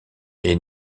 est